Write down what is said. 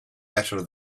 better